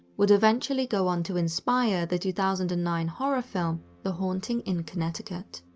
would eventually go on to inspire the two thousand and nine horror film the haunting in connecticut.